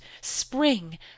Spring